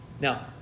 Now